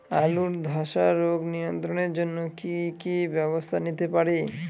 আলুর ধ্বসা রোগ নিয়ন্ত্রণের জন্য কি কি ব্যবস্থা নিতে পারি?